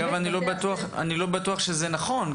אני לא בטוח שזה נכון,